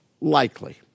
likely